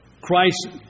Christ